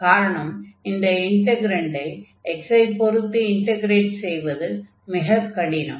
காரணம் இந்த இன்டக்ரன்டை x ஐ பொருத்து இன்டக்ரேட் செய்வது மிக கடினம்